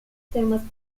temas